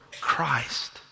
Christ